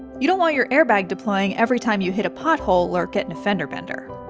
you don't want your airbag deploying every time you hit a pothole or get in a fender-bender.